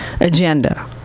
agenda